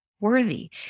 worthy